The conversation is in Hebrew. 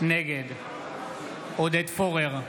נגד עודד פורר,